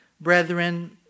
brethren